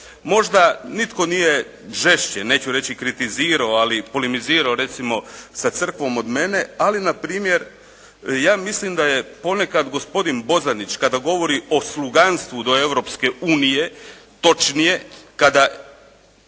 Možda nitko nije žešće, neću reći kritizirao, ali polemizirao recimo sa Crkvom od mene, ali npr. ja mislim da je ponekad gospodin Bozanić, kada govori o sluganstvu do Europske unije, točnije, kada